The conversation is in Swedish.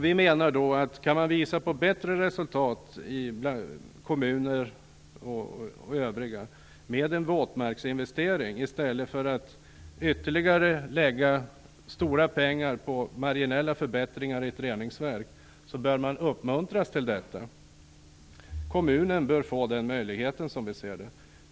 Vi menar att om kommuner och andra kan påvisa ett bättre resultat med en våtmarksinvestering, i stället för att ytterligare stora pengar läggs på marginella förbättringar i ett reningsverk, så bör man uppmuntra till detta. Som vi ser det bör kommunen få den möjligheten.